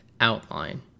outline